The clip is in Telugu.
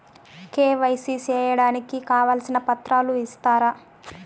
కె.వై.సి సేయడానికి కావాల్సిన పత్రాలు ఇస్తారా?